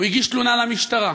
הוא הגיש תלונה למשטרה.